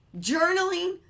Journaling